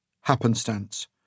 happenstance